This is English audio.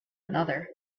another